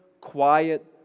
quiet